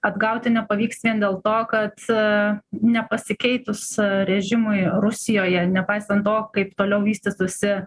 atgauti nepavyks vien dėl to kad nepasikeitus režimui rusijoje nepaisant to kaip toliau vystytųsi